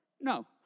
No